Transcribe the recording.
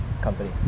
company